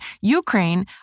Ukraine